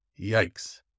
Yikes